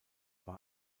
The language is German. war